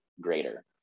greater